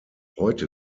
heute